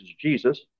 Jesus